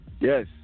Yes